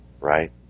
right